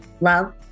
love